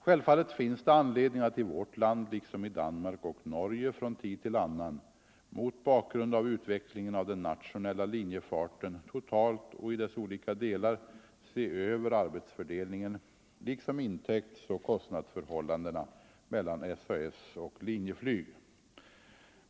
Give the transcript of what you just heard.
Självfallet finns det anledning att i vårt land — liksom i Danmark och Norge -— från tid till annan, mot bakgrund av utvecklingen av den nationella linjefarten totalt och i dess olika delar, se över arbetsfördelningen liksom intäktsoch kostnadsförhållandena mellan SAS och Linjeflyg.